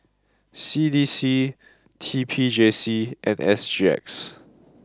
C D C T P J C and S G X